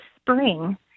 spring